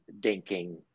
dinking